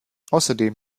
außerdem